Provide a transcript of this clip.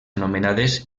anomenades